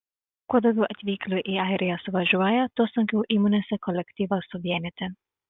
kuo daugiau atvykėlių į airiją suvažiuoja tuo sunkiau įmonėse kolektyvą suvienyti